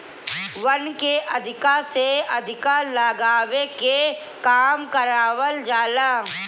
वन के अधिका से अधिका लगावे के काम करवावल जाला